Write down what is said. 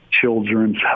children's